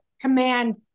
command